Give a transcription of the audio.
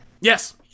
Yes